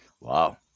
wow